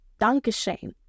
Dankeschön